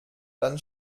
dann